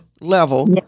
level